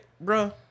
bro